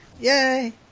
Yay